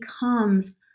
becomes